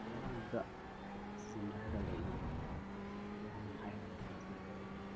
ꯀꯌꯥ ꯑꯗꯨꯗ ꯁꯤꯖꯤꯟꯅꯔꯒ ꯂꯩ ꯑꯗꯨꯅꯤ ꯍꯥꯏꯔꯒ ꯇꯦꯟꯁꯤꯟꯖꯔꯒꯦ